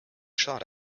shot